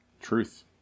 truth